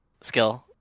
skill